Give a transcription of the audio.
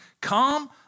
come